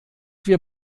wir